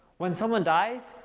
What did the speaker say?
when someone dies,